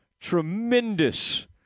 tremendous